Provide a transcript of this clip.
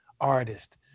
artist